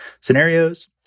scenarios